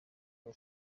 mon